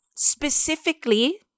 Specifically